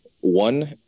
One